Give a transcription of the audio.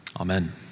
Amen